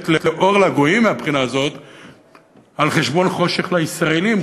לאור לגויים מהבחינה הזאת על חשבון חושך לישראלים,